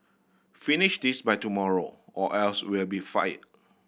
finish this by tomorrow or else you'll be fired